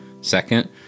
Second